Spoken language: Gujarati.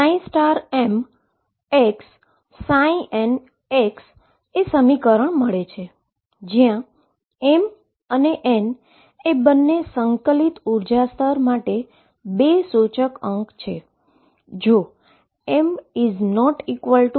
mxn સમીકરણ મળે છે જ્યાં m અને n એ બે ઈન્ટીગ્રેટેડ એનર્જી સ્તર માટે 2 ઈન્ડાઈસીસ છે